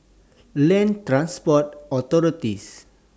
Land Transport Authority